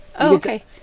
okay